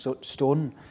stone